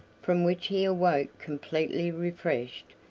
from which he awoke completely refreshed,